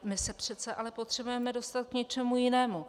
My se přece ale potřebujeme dostat k něčemu jinému.